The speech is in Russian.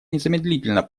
незамедлительно